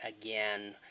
again